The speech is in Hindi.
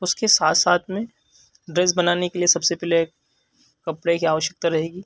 उसके साथ साथ में ड्रेस बनाने के लिए सबसे पहले कपड़े की आवश्कता रहेगी